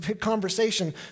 conversation